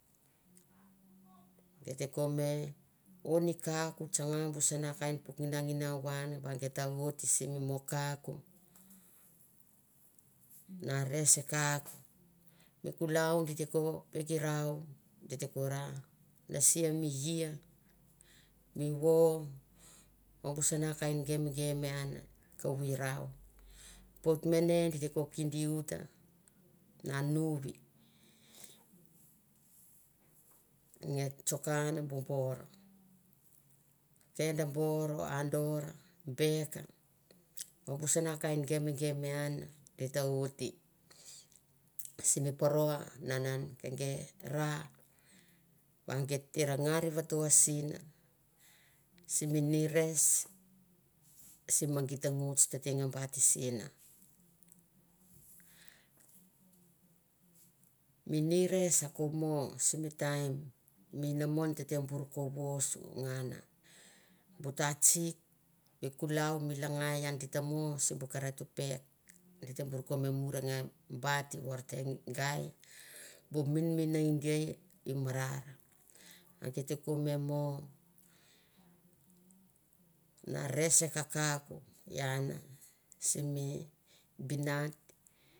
Geit te ko me. o mi ka a ko tsanga bu sana kain puk nigira nginau on va gi ta vote simi mokaku na res kauku. Mi kulau di te ko peik i rau di te ko ra nase mi ie. mi vo o bu sana kain gemgem an kavu i rau. Pot mene di te ko kin di uta na nuvi nge tsoka bu bar keno bor. ondor beka o bu sano kain gemgem an di ta oit simi paro nanan ke gei ra. va geit te na ngar vato sin simi nires sim nires sim taim mi inamon tete bor ko vasu ngan na bu tatsik, m kulau mi langai di ta mo simbu keret i pek, di te bor ko me mo. na res kakauk ian simi bini.